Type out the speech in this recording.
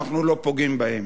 אנחנו לא פוגעים בהם.